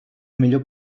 millor